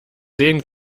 sehen